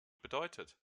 bedeutet